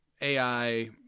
AI